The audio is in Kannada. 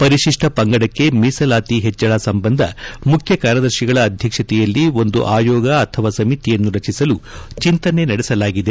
ಪರಿಶಿಷ್ಠ ಪಂಗಡಕ್ಕೆ ಮೀಸಲಾತಿ ಹೆಚ್ಚಳ ಸಂಬಂಧ ಮುಖ್ಯ ಕಾರ್ಯದರ್ಶಿಗಳ ಅಧ್ಯಕ್ಷತೆಯಲ್ಲಿ ಒಂದು ಆಯೋಗ ಅಥವಾ ಸಮಿತಿಯನ್ನು ರಚಿಸಲು ಚಿಂತನೆ ನಡೆಸಲಾಗಿದೆ